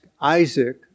Isaac